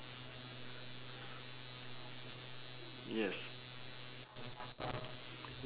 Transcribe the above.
yes